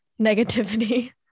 negativity